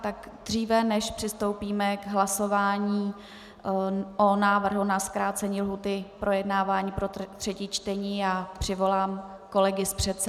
Tak dříve než přistoupíme k hlasování o návrhu na zkrácení lhůty k projednávání pro třetí čtení, přivolám kolegy z předsálí.